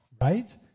right